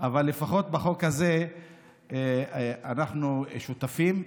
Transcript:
אבל לפחות בחוק הזה אנחנו שותפים לדרך.